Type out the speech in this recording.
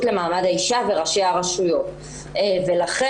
לקידום מעמד האישה וראשי הרשויות המקומיות.